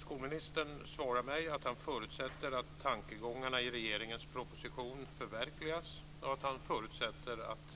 Skolministern svarar mig att han förutsätter att tankegångarna i regeringens proposition förverkligas och att han förutsätter att